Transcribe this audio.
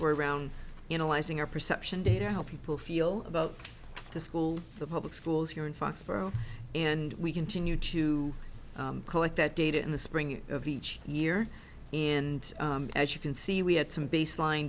were around analyzing our perception data how people feel about the school the public schools here in foxboro and we continue to collect that data in the spring of each year and as you can see we had some baseline